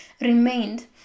remained